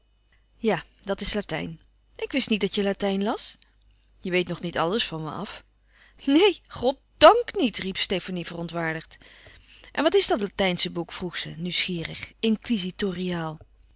ja dat is latijn ik wist niet dat je latijn las je weet nog niet alles van me af neen god dànk niet riep stefanie verontwaardigd en wat is dat latijnsche boek vroeg ze nieuwsgierig